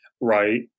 right